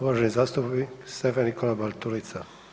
Uvaženi zastupnik Stephen Nikola BArtulica.